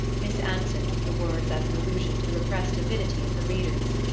miss anson took the words as an allusion to the repressed avidity of her readers.